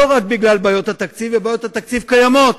לא רק בגלל בעיות התקציב, ובעיות התקציב קיימות,